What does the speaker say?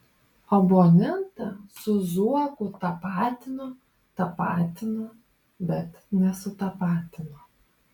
abonentą su zuoku tapatino tapatino bet nesutapatino